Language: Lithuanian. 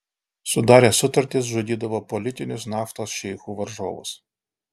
sudaręs sutartis žudydavo politinius naftos šeichų varžovus